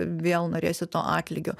vėl norėsi to atlygio